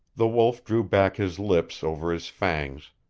the wolf drew back his lips over his fangs,